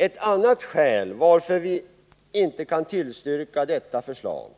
Ett annat skäl till att vi inte kan tillstyrka detta förslag